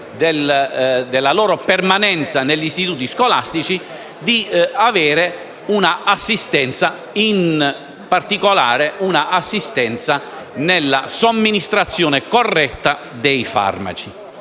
della loro permanenza negli istituti scolastici, di avere un'assistenza, in particolare nella somministrazione corretta dei farmaci.